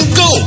go